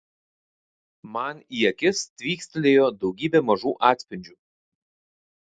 man į akis tvykstelėjo daugybė mažų atspindžių